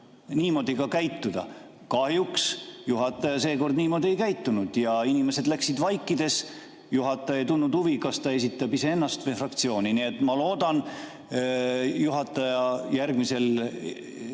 niimoodi käituda. Kahjuks juhataja seekord niimoodi ei käitunud ja inimesed läksid vaikides. Juhataja ei tundnud huvi, kas keegi esindab iseennast või fraktsiooni. Nii et ma loodan, et juhataja järgmisel